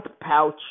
pouch